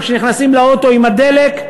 וכשנכנסים לאוטו עם הדלק,